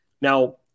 Now